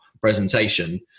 presentation